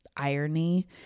irony